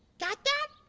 got that?